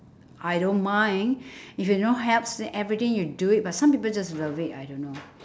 I don't mind if you no helps then everything you do it but some people just love it I don't know